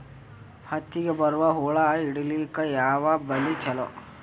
ಹತ್ತಿಗ ಬರುವ ಹುಳ ಹಿಡೀಲಿಕ ಯಾವ ಬಲಿ ಚಲೋ?